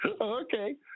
Okay